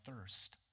thirst